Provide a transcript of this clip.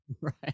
Right